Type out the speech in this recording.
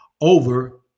over